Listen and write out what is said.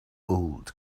old